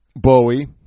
Bowie